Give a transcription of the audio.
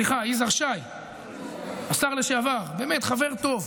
יזהר שי, השר לשעבר, באמת חבר טוב,